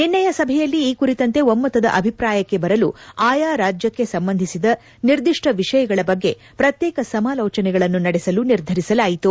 ನಿನ್ತೆಯ ಸಭೆಯಲ್ಲಿ ಈ ಕುರಿತಂತೆ ಒಮ್ಮತದ ಅಭಿಪ್ರಾಯಕ್ಕೆ ಬರಲು ಆಯಾ ರಾಜ್ಯಕ್ಕೆ ಸಂಬಂಧಿಸಿದ ನಿರ್ದಿಷ್ವ ವಿಷಯಗಳ ಬಗ್ಗೆ ಪ್ರತ್ಯೇಕ ಸಮಾಲೋಚನೆಗಳನ್ನು ನಡೆಸಲು ನಿರ್ಧರಿಸಲಾಯಿತು